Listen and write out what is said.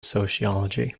sociology